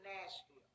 Nashville